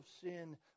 sin